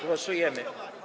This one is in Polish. Głosujemy.